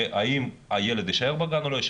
האם הילד יישאר בגן או לא?